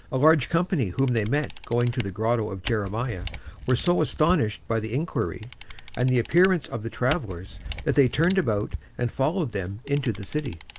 large company whom they met going to the grotto of jeremiah were so astonished by the inquiry and the appearance of the travellers that they turned about and followed them into the city.